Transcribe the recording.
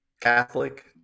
Catholic